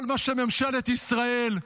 כל מה שממשלת ישראל,